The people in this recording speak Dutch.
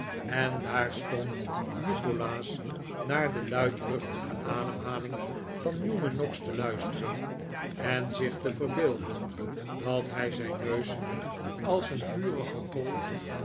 en daar stond nikolaas naar de luidruchtige ademhaling van newman noggs te luisteren en zich te verbeelden dat hij zijn neus als een vurige kool